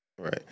right